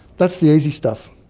that's the easy stuff.